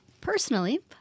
Personally